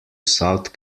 south